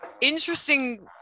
interesting